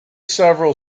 several